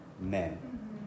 men